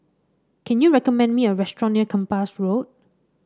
can you recommend me a restaurant near Kempas Road